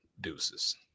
Deuces